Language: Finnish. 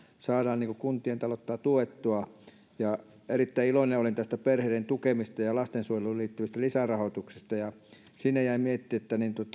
saadaan kuntien taloutta tuettua erittäin iloinen olen tästä perheiden tukemisesta ja lastensuojeluun liittyvästä lisärahoituksesta siinä jäin miettimään